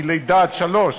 מלידה עד שלוש?